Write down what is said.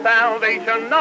Salvation